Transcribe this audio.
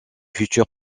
futur